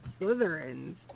Slytherins